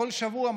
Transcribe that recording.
בכל שבוע,